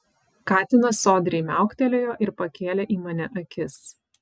katinas sodriai miauktelėjo ir pakėlė į mane akis